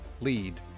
lead